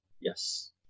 Yes